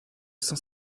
cent